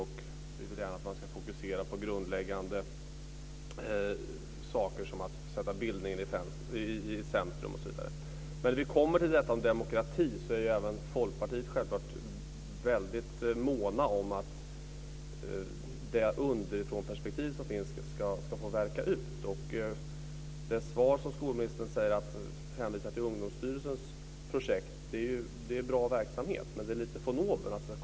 Vi vill gärna att man ska fokusera på grundläggande saker som att sätta bildningen i centrum, osv. När vi kommer till frågan om demokrati är även Folkpartiet självklart väldigt mån om att det underifrånperspektiv som finns ska få värka ut. Skolministern hänvisar till Ungdomsstyrelsens projekt, och det är en bra verksamhet - men det är lite von oben.